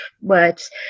words